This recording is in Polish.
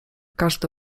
każdy